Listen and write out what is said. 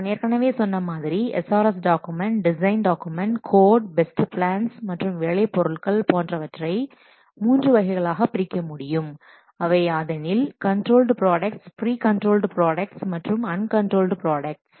நான் ஏற்கனவே சொன்ன மாதிரி SRS document design document code test plans மற்றும் வேலை பொருட்கள் போன்றவற்றை மூன்று வகைகளாக பிரிக்க முடியும் அவை யாதெனில் controlled products pre controlled products மற்றும் அன்கண்ட்ரோல்டு ப்ராடக்ட்ஸ்